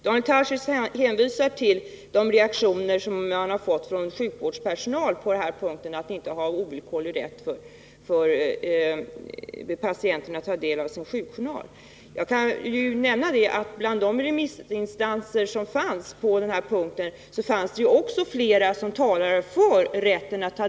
Daniel Tarschys hänvisar till de reaktioner som han har fått från sjukvårdspersonal när det gäller frågan om att inte ha ovillkorlig rätt för patienten att ta del av sin sjukjournal. Jag kan då nämna att bland de remissinstanser som var aktuella i fråga om den här punkten fanns det också flera som talade för denna rätt.